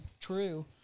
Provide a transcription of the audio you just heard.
true